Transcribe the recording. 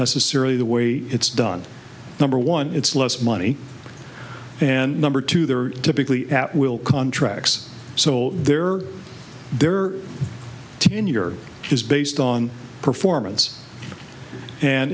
necessarily the way it's done number one it's less money and number two there are typically that will contracts so there their tenure is based on performance and